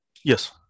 Yes